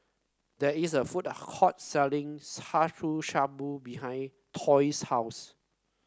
there is a food court selling Shabu Shabu behind Troy's house